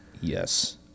Yes